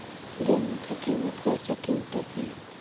गेहू के किमत कैसे क्विंटल है?